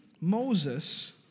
Moses